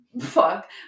fuck